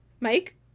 Mike